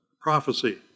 prophecy